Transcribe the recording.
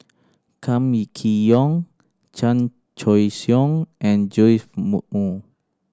Kam Kee Yong Chan Choy Siong and Joash Moo